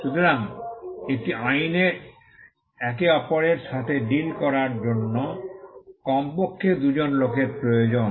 সুতরাং একটি আইনের একে অপরের সাথে ডিল করার জন্য কমপক্ষে দুজন লোকের প্রয়োজন